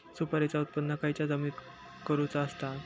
सुपारीचा उत्त्पन खयच्या जमिनीत करूचा असता?